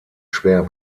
schwer